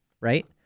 right